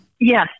Yes